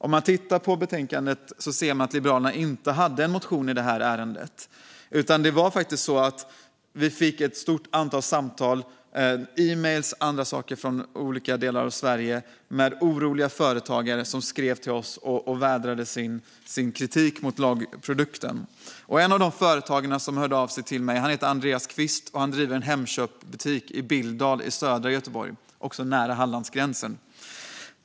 Om man tittar på betänkandet ser man att Liberalerna inte hade någon motion i det här ärendet. Men vi fick ett stort antal samtal, e-mail och annat från olika delar av Sverige. Oroliga företagare skrev till oss och vädrade sin kritik mot lagprodukten. En av de företagare som hörde av sig till mig heter Andreas Quist och driver en Hemköpbutik i Billdal i södra Göteborg, nära Hallandsgränsen.